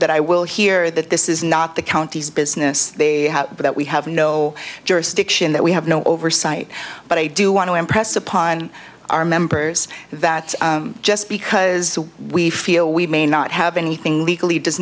i will hear that this is not the county's business but that we have no jurisdiction that we have no oversight but i do want to impress upon our members that just because we feel we may not have anything legally does